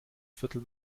viertel